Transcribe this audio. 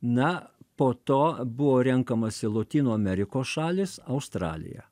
na po to buvo renkamasi lotynų amerikos šalys australija